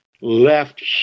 left